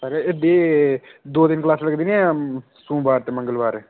sir एह्दी दो दिन क्लासां लगदियां ना सोमबार ते मंगलबार